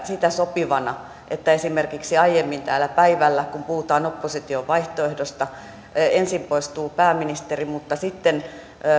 sitä sopivana että esimerkiksi kun täällä aiemmin päivällä puhutaan opposition vaihtoehdosta ensin poistuu pääministeri mutta sitten